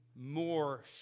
more